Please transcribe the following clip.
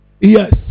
Yes